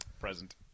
present